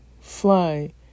fly